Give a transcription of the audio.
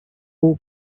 all